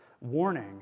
warning